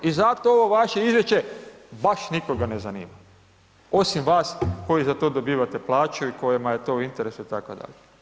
I zato ovo vaše izvješće baš nikoga ne zanima, osim vas koji za to dobivate plaću i kojima je to u interesu itd.